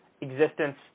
existence